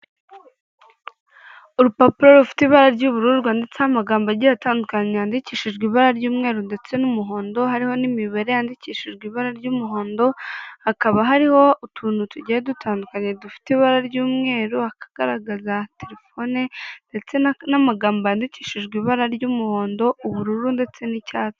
Urupapuro rufite ibara ry'ubururu rwanditseho amagambo agiye atandukanye yandikishijwe ibara ry'umweru ndetse n'umuhondo, hariho n'imibare yandikishijwe ibara ry'umuhondo, hakaba hariho utuntu tugiye dutandukanye dufite ibara ry'umweru akagaragaza telefone ndetse n'amagambo yandikishijwe ibara ry'umuhondo, ubururu ndetse n'icyatsi.